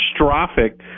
catastrophic